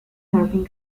surfing